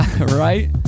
Right